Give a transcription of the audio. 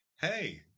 hey